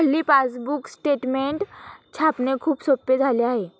हल्ली passbook statement छापणे खूप सोपे झाले आहे